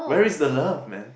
where is the love man